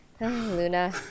Luna